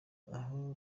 aho